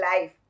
life